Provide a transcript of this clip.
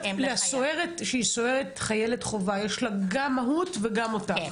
לסוהרת שהיא חיילת חובה יש גם מהו"ת וגם אותך?